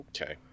Okay